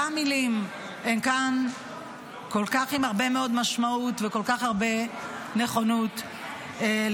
מילים עם כל כך הרבה מאוד משמעות וכל כך הרבה נכונות ליישומן.